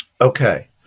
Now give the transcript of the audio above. Okay